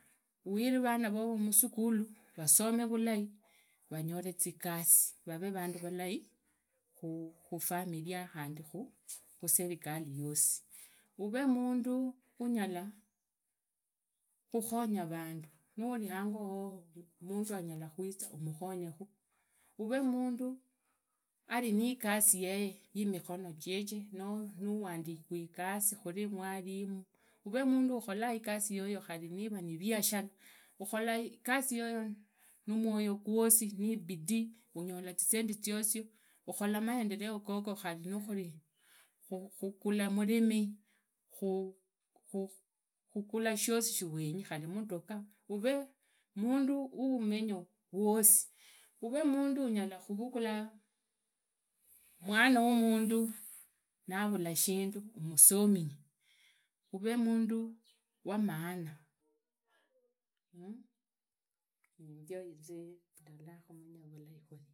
Uhire vana vovo musukhulu vasombe vulai vanyole zigasi vavee vandu valai khufamilia khandi khusesekali yosi uvee mundu unyala khukhonya vandu nuri hango hoho mundu anyalakhuza amukhonge khu aveemundu ari nigasi yeye yimikhono jeje no nuwandikwi igasi khuri mwalimu uvee mundu ukhola igasi yoyo numwoyo gwasi nibidii unyola zisendi zwozia ukhola maendelea gogo khari niva nikhugulu murimi khugala shosi shuwenya khari mutona mundu wulumenyo vwisi ureemunda unyala khurugula mwana wumundu navulashindu umusominye uremundu wamaana nindionzi ndayanza.